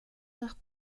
nach